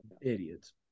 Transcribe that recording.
idiots